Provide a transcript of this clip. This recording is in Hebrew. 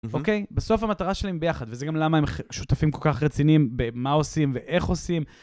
אוקיי, בסוף המטרה שלהם ביחד, וזה גם למה הם שותפים כל כך רצינים במה עושים ואיך עושים.